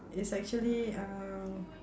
it's actually uh